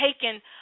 taken